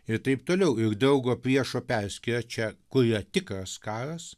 ir taip toliau juk draugo priešo perskyra čia kur yra tikras karas